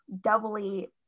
doubly